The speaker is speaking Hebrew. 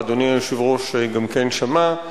וגם אדוני היושב-ראש שמע.